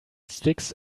sticks